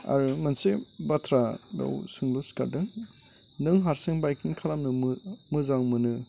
आरो मोनसे बाथ्रा बेयाव सोंलु सिखारदों नों हारसिं बायकिं खालामनो मोजां मोनो